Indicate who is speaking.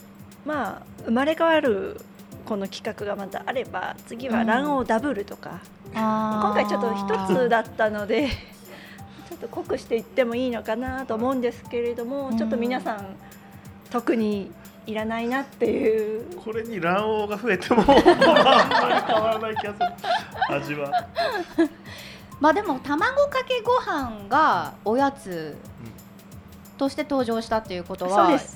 Speaker 1: まあ、生まれ変わるこの企画がまたあれば、次は
Speaker 2: うん。
Speaker 1: 卵黄ダブルとか。
Speaker 2: うん。
Speaker 1: 今回ちょっと一つだったので、
Speaker 2: あー。
Speaker 1: ちょっと濃くしていってもいいのかなと思うんですけれども、
Speaker 2: うん。
Speaker 1: ちょっと皆さん、特にいらないなっていう。
Speaker 3: これに卵黄が増えても、まあ、あんまり変わらない気がする。味は。
Speaker 2: まあ、でも、卵かけご飯がおやつ
Speaker 3: うん。
Speaker 2: として登場したということは、
Speaker 1: そうです。